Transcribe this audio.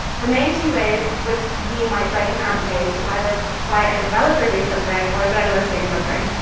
the main two ways which we might break an amp page is either by a developer doing something or a journalist doing something.